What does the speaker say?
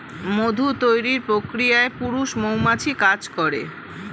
মধু তৈরির প্রক্রিয়ায় পুরুষ মৌমাছি কাজ করে